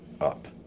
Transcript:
up